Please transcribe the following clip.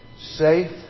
safe